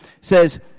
says